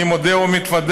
אני מודה ומתוודה,